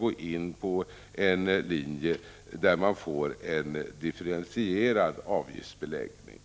gå in på en linje som innebär en differentierad avgiftsbeläggning.